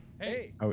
Hey